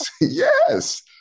yes